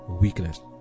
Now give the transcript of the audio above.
weakness